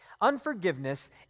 Unforgiveness